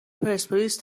پرسپولیس